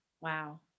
Wow